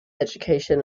education